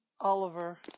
Oliver